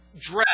dress